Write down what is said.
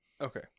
Okay